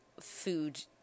food